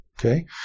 Okay